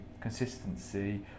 consistency